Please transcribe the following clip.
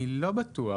אני לא בטוח.